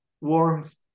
warmth